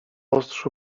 ostrzu